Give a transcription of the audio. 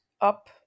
up